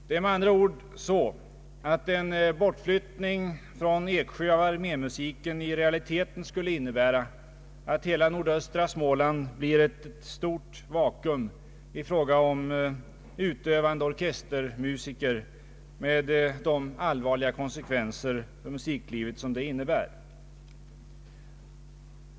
Det är med andra ord så, att en bortflyttning från Eksjö av armémusiken i realiteten skulle innebära att hela nordöstra Småland blir ett stort vakuum i fråga om utövande orkestermusiker med allvarliga konsekvenser för musiklivet som detta innebär.